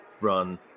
run